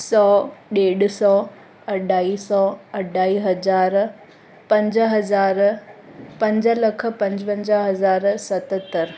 सौ ॾेढि सौ अढाई सौ अढाई हज़ार पंज हज़ार पंज लख पंजवंजाह हज़ार सततरि